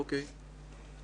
אוקיי.